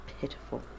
pitiful